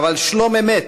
אבל שלום אמת,